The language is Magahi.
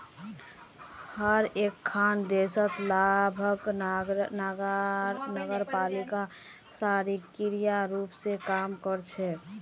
हर एकखन देशत लगभग नगरपालिका सक्रिय रूप स काम कर छेक